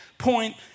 point